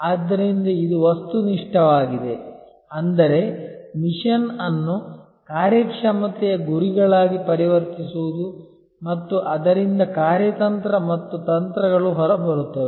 ಆದ್ದರಿಂದ ಇದು ವಸ್ತುನಿಷ್ಠವಾಗಿದೆ ಅಂದರೆ ಮಿಷನ್ ಅನ್ನು ಕಾರ್ಯಕ್ಷಮತೆಯ ಗುರಿಗಳಾಗಿ ಪರಿವರ್ತಿಸುವುದು ಮತ್ತು ಅದರಿಂದ ಕಾರ್ಯತಂತ್ರ ಮತ್ತು ತಂತ್ರಗಳು ಹೊರಬರುತ್ತವೆ